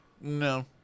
no